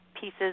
pieces